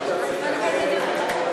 יום שבתון),